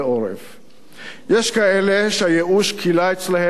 יש כאלה שהייאוש כילה אצלם כל חלקה טובה.